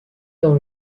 dans